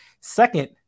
Second